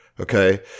okay